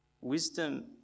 Wisdom